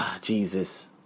Jesus